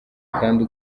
kandi